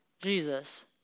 Jesus